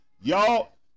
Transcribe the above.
Y'all